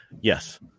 yes